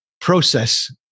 process